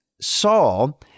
Saul